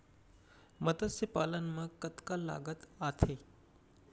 मतस्य पालन मा कतका लागत आथे?